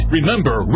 Remember